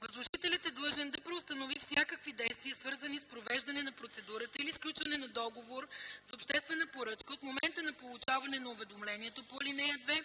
Възложителят е длъжен да преустанови всякакви действия, свързани с провеждане на процедурата или сключване на договор за обществена поръчка, от момента на получаване на уведомлението по ал. 2